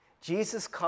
Jesus